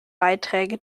beiträge